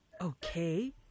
Okay